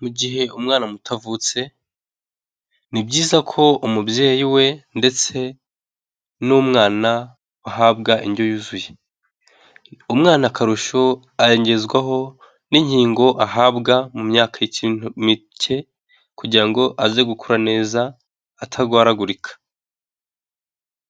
Mu gihe umwana moto avutse, ni byiza ko umubyeyi we ndetse n'umwana bahabwa indyo yuzuye, umwana akarusho arengezwaho n'inkingo ahabwa mu myaka mike, kugira ngo aze gukura neza atarwaragurika,